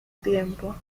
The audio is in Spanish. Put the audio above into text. tiempo